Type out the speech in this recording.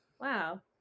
wow